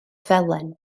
felen